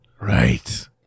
Right